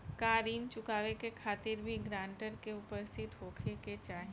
का ऋण चुकावे के खातिर भी ग्रानटर के उपस्थित होखे के चाही?